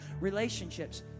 relationships